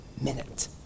minute